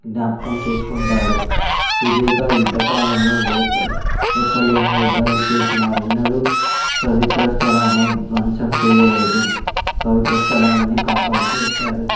జ్ఞాపకం చేసుకుంటారు సుదీర్ఘ యుద్ద కాలంలో లేక లెక్కలేని యుద్ధాలు చేసినా ఎన్నడూ పవిత్ర స్థలాన్ని ధ్వంసం చేయలేదు పవిత్ర స్థలాలని కాపాడుతూ వచ్చాడు